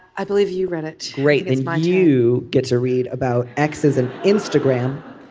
i believe you read it right in my new gets a read about x's and instagram.